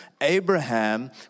Abraham